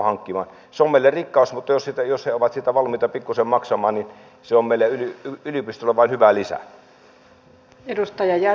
se on meille rikkaus mutta jos he ovat siitä valmiita pikkuisen maksamaan niin se on meidän yliopistoille vain hyvä lisä